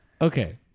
Okay